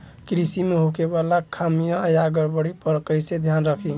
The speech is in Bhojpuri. कृषि में होखे वाला खामियन या गड़बड़ी पर कइसे ध्यान रखि?